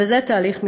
וזה תהליך מתמשך.